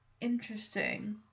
Interesting